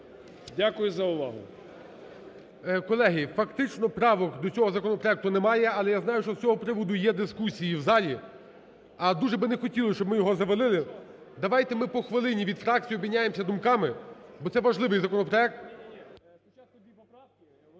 Дякую за увагу. ГОЛОВУЮЧИЙ. Колеги, фактично правок до цього законопроекту немає, але я знаю, що з цього приводу є дискусії в залі, а дуже не хотілося б, щоб ми його завалили. Давайте ми по хвилині від фракцій обміняємось думками, бо це важливий законопроект.